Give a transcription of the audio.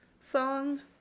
song